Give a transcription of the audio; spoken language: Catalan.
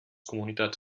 comunitats